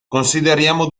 consideriamo